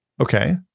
Okay